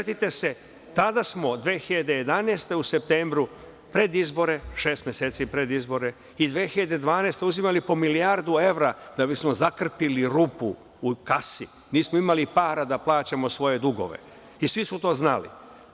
Setite se, tada smo 2011. godine u septembru, pred izbore, šest meseci pred izbore i 2012. godine uzimali po milijardu evra da bismo zakrpili rupu u kasi, nismo imali para da plaćamo svoje dugove i svi su to znali.